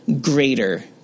greater